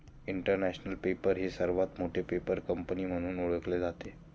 international Paper ही सर्वात मोठी पेपर कंपनी म्हणून ओळखली जाते